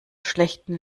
schlechtem